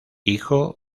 hijo